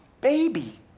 baby